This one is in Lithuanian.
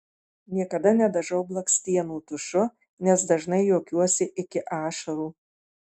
niekada nedažau blakstienų tušu nes dažnai juokiuosi iki ašarų